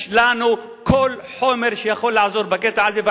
לנו כל חומר שיכול לעזור בקטע הזה,